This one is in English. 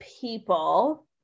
people